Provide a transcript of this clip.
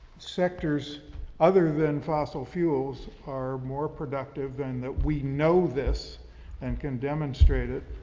sectors other than fossil fuels are more productive than that. we know this and can demonstrate it,